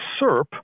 SERP